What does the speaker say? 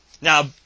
Now